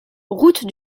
route